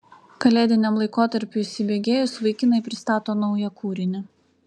kalėdiniam laikotarpiui įsibėgėjus vaikinai pristato naują kūrinį